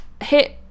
hit